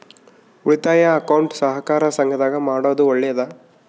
ಉಳಿತಾಯ ಅಕೌಂಟ್ ಸಹಕಾರ ಸಂಘದಾಗ ಮಾಡೋದು ಒಳ್ಳೇದಾ?